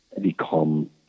become